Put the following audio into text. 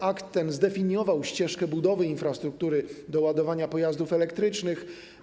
Akt ten zdefiniował ścieżkę budowy infrastruktury do ładowania pojazdów elektrycznych.